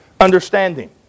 understanding